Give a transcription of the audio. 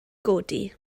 godi